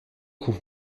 coup